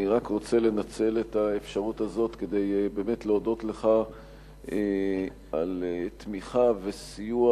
אני רק רוצה לנצל את האפשרות הזו כדי באמת להודות לך על תמיכה וסיוע